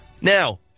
Now